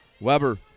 Weber